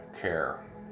care